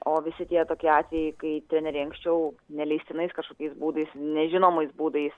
o visi tie tokie atvejai kai treneriai anksčiau neleistinais kažkokiais būdais nežinomais būdais